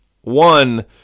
One